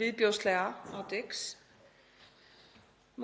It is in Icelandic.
viðbjóðslega atviks